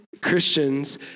Christians